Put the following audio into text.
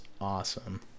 awesome